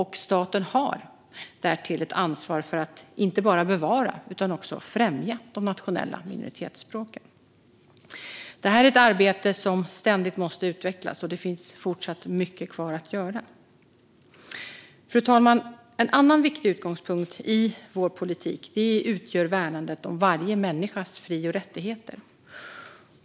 Staten har därtill ett ansvar för att inte bara bevara utan också främja de nationella minoritetsspråken. Detta är ett arbete som ständigt måste utvecklas, och det finns mycket kvar att göra. Fru talman! En annan viktig utgångspunkt i vår politik utgör värnandet om varje människas fri och rättigheter.